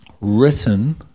written